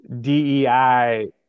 DEI